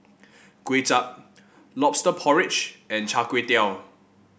Kuay Chap lobster porridge and Char Kway Teow